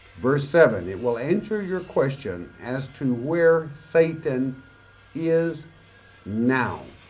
verse seven. it will answer your question as to where satan is now,